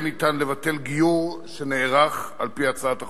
ניתן לבטל גיור שנערך על-פי הצעת החוק.